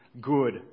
good